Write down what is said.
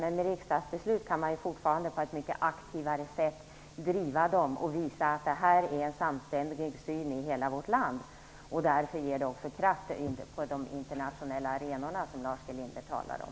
Men med ett riksdagsbeslut som grund kan man fortfarande på ett mycket aktivare sätt driva dem och visa att detta är en samstämmig syn i hela vårt land, därför ger det också kraft på de internationella arenor som Lars G Linder talar om.